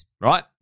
right